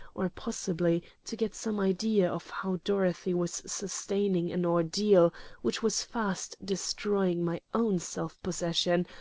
or, possibly, to get some idea of how dorothy was sustaining an ordeal which was fast destroying my own self-possession,